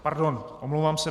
Pardon, omlouvám se.